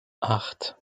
acht